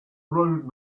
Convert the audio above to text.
road